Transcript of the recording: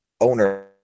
owner